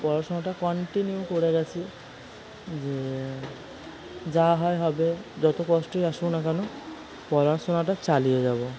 পড়াশোনাটা কন্টিনিউ করে গিয়েছি যে যা হয় হবে যতো কষ্টই আসুক না কেন পড়াশোনাটা চালিয়ে যাব